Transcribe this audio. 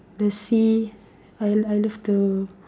the sea I I love to